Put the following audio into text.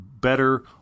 better